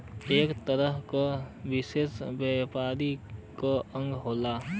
एक तरह से विश्व व्यापार के अंग होला